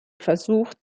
versucht